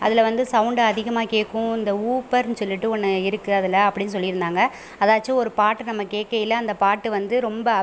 அதில் வந்து சௌண்டு அதிகமாக கேட்கும் இந்த ஊப்பர்னு சொல்லிட்டு ஒன்று இருக்குது அதில் அப்படி சொல்லியிருந்தாங்க அதாச்சும் ஒரு பாட்டு நம்ம கேட்கையில அந்த பாட்டு வந்து ரொம்ப அப்